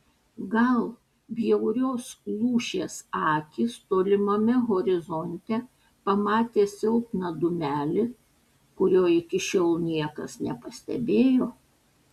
gal bjaurios lūšies akys tolimame horizonte pamatė silpną dūmelį kurio iki šiol niekas nepastebėjo